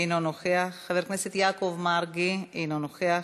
אינו נוכח, חבר הכנסת יעקב מרגי, אינו נוכח.